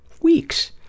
Weeks